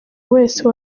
wese